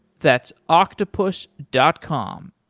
that's octopus dot com,